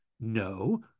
No